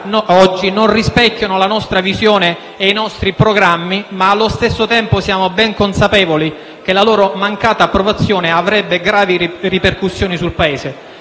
oggi non rispecchiano la nostra visione e i nostri programmi ma, allo stesso tempo, siamo ben consapevoli che la loro mancata approvazione avrebbe gravi ripercussioni sul Paese.